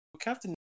Captain